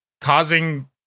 causing